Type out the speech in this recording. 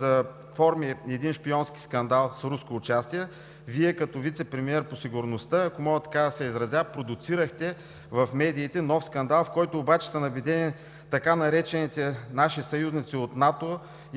заформи един шпионски скандал с руско участие, Вие като вицепремиер по сигурността, ако мога така да се изразя, продуцирахте в медиите нов скандал, в който обаче са набедени така наречените наши съюзници от НАТО и от